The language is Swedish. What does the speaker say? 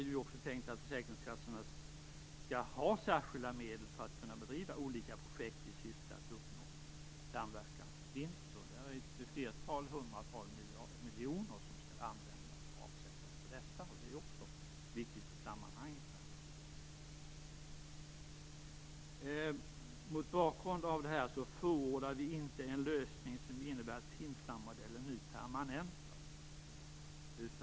Det är också tänkt att försäkringskassorna skall ha särskilda medel för att kunna bedriva olika projekt i syfte att uppnå samverkansvinster. Hundratals miljoner skall användas och avsättas för detta. Det är naturligtvis också viktigt i sammanhanget. Mot bakgrund av det här förordar vi inte en lösning som innebär att FINSAM-modellen nu permanentas.